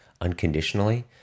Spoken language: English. unconditionally